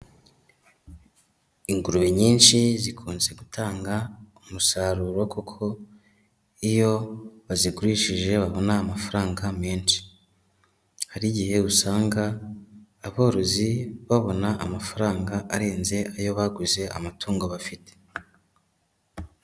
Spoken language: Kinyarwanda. Ingurube nyinshi zikunze gutanga umusaruro kuko iyo bazigurishije babona amafaranga menshi. Hari igihe usanga aborozi babona amafaranga arenze ayo baguze amatungo bafite.